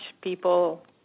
People